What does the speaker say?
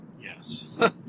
yes